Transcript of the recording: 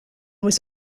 was